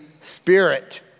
Spirit